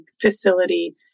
facility